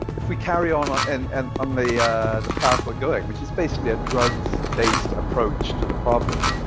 if we carry on on and and um the the path we're going, which is basically a drugs-based approach to the problem,